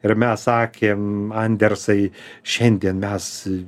ir mes sakėm andersai šiandien mes